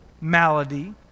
malady